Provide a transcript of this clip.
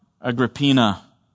Agrippina